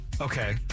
Okay